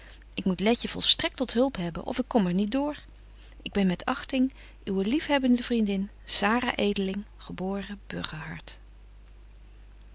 ik moet letje volstrekt tot hulp hebben of ik kom er niet door ik ben met achting uwe liefhebbende vriendin